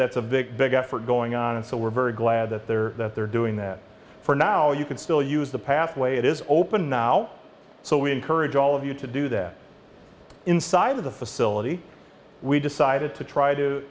that's a big big effort going on and so we're very glad that they're that they're doing that for now you can still use the pathway it is open now so we encourage all of you to do that inside of the facility we decided to try to